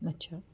अच्छा